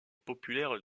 populaire